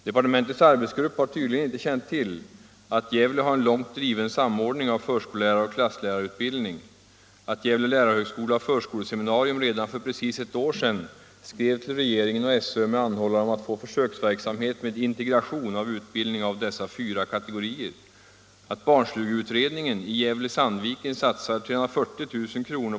Departementets arbetsgrupp har tydligen inte känt till att Gävle har en långt driven samordning av förskollärar-och klasslärarutbildningen, att Gävle lärarhögskola och förskoleseminarium redan för precis ett år sedan skrev till regeringen och SÖ med anhållan om att få försöksverksamhet med integration av utbildningen av dessa fyra kategorier, att barnstugeutredningen i Gävle-Sandviken satsar 340 000 kr.